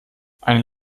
eine